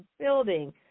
building